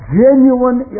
genuine